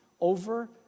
over